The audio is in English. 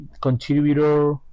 contributor